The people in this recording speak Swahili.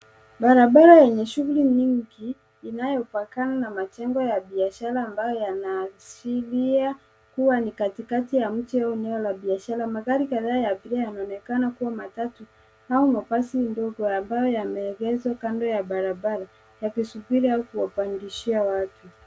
Barabara yenye shughuli nyingi inayo pakana na majengo ya biashara ambayo yanaashiria kuwa ni katikati ya mji au eneo la biashara. Magari kadhaa ya abiria yanaonekana kuwa matatu au mabasi ndogo ambayo yameengezwa kando ya barabara yakisubiri au kuwapagishia watu.